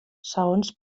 segons